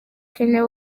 kenya